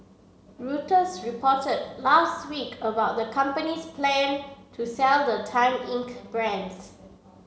reported last week about the company's plan to sell the Time Inc brands